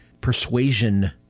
persuasion